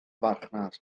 farchnad